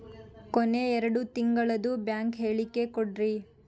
ಕೊನೆ ಎರಡು ತಿಂಗಳದು ಬ್ಯಾಂಕ್ ಹೇಳಕಿ ಕೊಡ್ರಿ